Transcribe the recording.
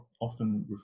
often